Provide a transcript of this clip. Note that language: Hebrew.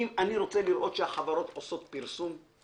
אני רוצה לראות שהחברות עושות פרסום,